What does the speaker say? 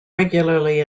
regularly